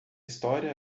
história